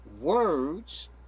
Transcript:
words